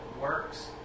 works